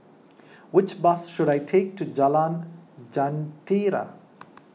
which bus should I take to Jalan Jentera